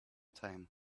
time